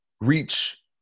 reach